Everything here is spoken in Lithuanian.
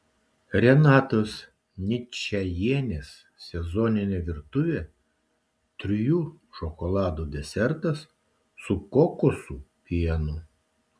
renatos ničajienės sezoninė virtuvė trijų šokoladų desertas su kokosų pienu